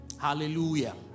Hallelujah